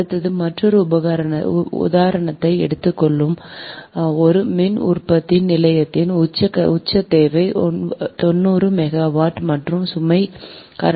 அடுத்தது மற்றொரு உதாரணத்தை எடுத்துக் கொள்ளுவோம் ஒரு மின் உற்பத்தி நிலையத்தின் உச்ச தேவை 90 மெகாவாட் மற்றும் சுமை காரணி 0